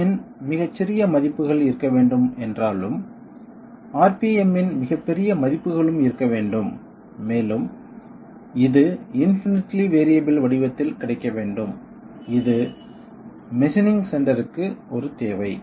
RPM இன் மிகச் சிறிய மதிப்புகள் இருக்க வேண்டும் என்றாலும் RPM இன் மிகப் பெரிய மதிப்புகளும் இருக்க வேண்டும் மேலும் இது இன்பினிட்லி வேறியபிள் வடிவத்தில் கிடைக்க வேண்டும் இது மெஷினிங் சென்டர்க்கு ஒரு தேவை